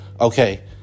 Okay